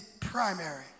primary